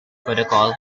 protocol